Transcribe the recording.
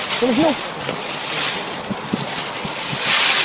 there was no so they didn't they didn't think they were going to get rich doing it.